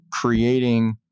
creating